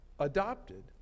adopted